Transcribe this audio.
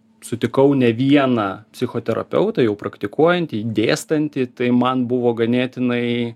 sutikau ne vieną psichoterapeutą jau praktikuojantį dėstantį tai man buvo ganėtinai